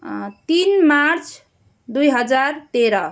तिन मार्च दुई हजार तेह्र